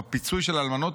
בפיצוי של אלמנות,